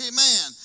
Amen